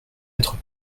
être